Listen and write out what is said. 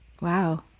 Wow